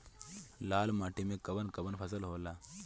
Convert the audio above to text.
लाल माटी मे कवन कवन फसल होला?